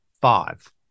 five